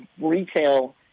retail